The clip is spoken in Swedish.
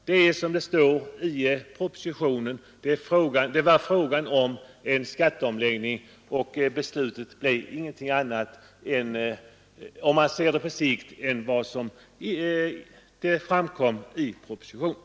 Det var, som det står i propositionen, fråga om en skatteomläggning, och beslutet blev ingenting annat, om man ser det på sikt, än vad som framkom i propositionen.